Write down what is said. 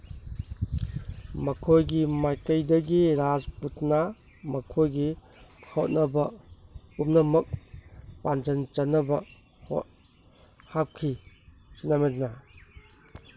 ꯃꯈꯣꯏꯒꯤ ꯃꯥꯏꯀꯩꯗꯒꯤ ꯔꯥꯖꯄꯨꯇꯅꯥ ꯃꯈꯣꯏꯒꯤ ꯍꯣꯠꯅꯕ ꯄꯨꯝꯅꯃꯛ ꯄꯥꯟꯖꯟ ꯆꯟꯅꯕ ꯍꯥꯞꯈꯤ